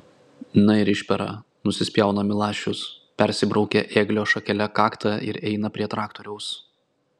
na ir išpera nusispjauna milašius persibraukia ėglio šakele kaktą ir eina prie traktoriaus